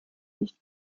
nicht